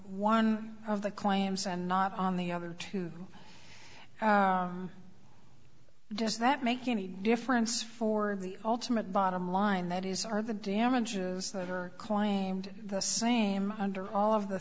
one of the claims and not on the other two does that make any difference for the ultimate bottom line that is are the damages that are claimed the same under all of the